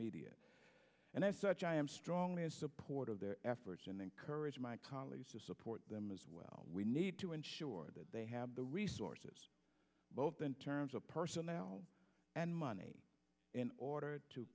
media and as such i am strongly in support of their efforts and encourage my colleagues to support them as well we need to ensure that they have the resources both in terms of personnel and money in order to